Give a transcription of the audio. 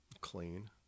clean